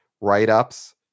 Write-ups